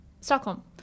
stockholm